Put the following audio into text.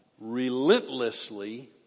relentlessly